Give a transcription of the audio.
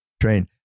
train